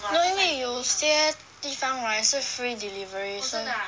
no 因为有些地方 right 是 free delivery 是